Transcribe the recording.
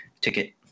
ticket